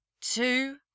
two